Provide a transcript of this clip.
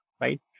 right